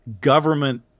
government